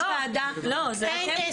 יש ועדה --- סליחה,